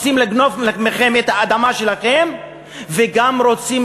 רוצים לגנוב מכם את האדמה שלכם וגם רוצים